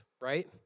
right